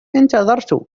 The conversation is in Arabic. انتظرت